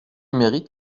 mérite